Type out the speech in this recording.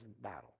battle